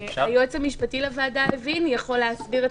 היועץ המשפטי לוועדה הבין ויכול להסביר את